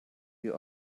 you